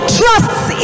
trusts